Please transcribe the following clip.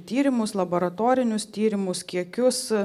tyrimus laboratorinius tyrimus kiekius